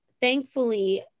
thankfully